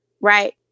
right